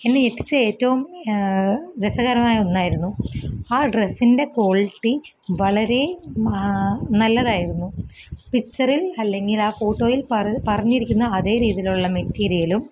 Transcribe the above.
എന്നെ ഞെട്ടിച്ച ഏറ്റവും രസകരമായ ഒന്നായിരുന്നു ആ ഡ്രസ്സിന്റെ ക്വളിറ്റി വളരെ നല്ലതായിരുന്നു പിച്ചറില് അല്ലെങ്കില് ആ ഫോട്ടോയില് പറഞ്ഞ പറഞ്ഞിരിക്കുന്ന അതേ രീതിയിലുള്ള മെറ്റീരിയലും